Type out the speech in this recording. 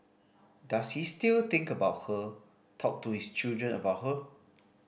does he still think about her talk to his children about her